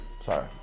sorry